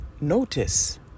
notice